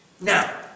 Now